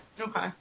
Okay